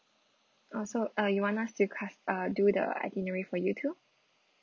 oh so uh you want us to cus~ uh do the itinerary for you too